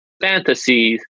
fantasies